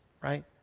right